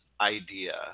idea